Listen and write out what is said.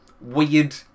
weird